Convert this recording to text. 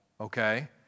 okay